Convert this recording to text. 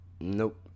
nope